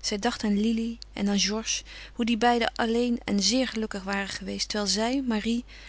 zij dacht aan lili en aan georges hoe die beiden alleen en zeer gelukkig waren geweest terwijl zij marie